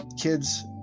kids